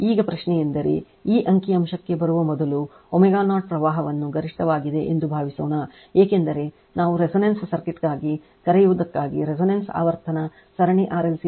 ಈಗ ಪ್ರಶ್ನೆಯೆಂದರೆ ಈ ಅಂಕಿ ಅಂಶಕ್ಕೆ ಬರುವ ಮೊದಲು ω0 ಪ್ರವಾಹವು ಗರಿಷ್ಠವಾಗಿದೆ ಎಂದು ಭಾವಿಸೋಣ ಏಕೆಂದರೆ ನಾವು resonance ಸರ್ಕ್ಯೂಟ್ಗಾಗಿ ಕರೆಯುವುದಕ್ಕಾಗಿ resonance ಆವರ್ತನ ಸರಣಿ RLC ಸರ್ಕ್ಯೂಟ್ XL XC ಎಂದು ಹೇಳುತ್ತದೆ